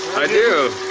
i do.